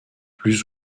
plus